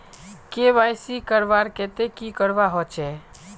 KYC करवार केते की करवा होचए?